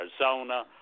Arizona